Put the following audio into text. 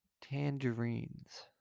Tangerines